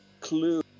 clue